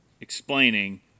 Explaining